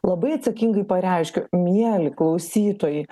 labai atsakingai pareiškiu mieli klausytojai